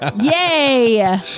yay